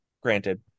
granted